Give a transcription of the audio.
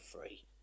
free